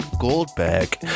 Goldberg